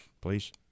Please